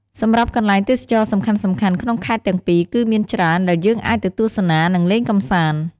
សម្រាប់កន្លែងទេសចរណ៍សំខាន់ៗក្នុងខេត្តទាំងពីរគឺមានច្រើនដែលយើងអាចទៅទស្សនា និងលេងកំសាន្ត។